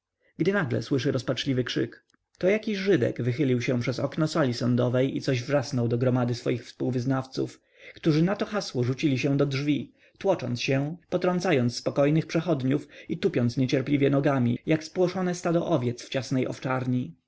gdy nagle słyszy rozpaczliwy krzyk to jakiś żydek wychylił się przez okno sali sądowej i coś wrzasnął do gromady swoich współwyznawców którzy na to hasło rzucili się do drzwi tłocząc się potrącając spokojnych przechodniów i tupiąc niecierpliwie nogami jak spłoszone stado owiec w ciasnej owczarni